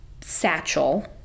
satchel